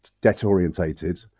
debt-orientated